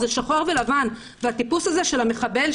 זה שחור ולבן והטיפוס הזה של המחבל,